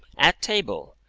at table,